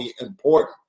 important